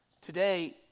today